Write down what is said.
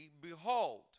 behold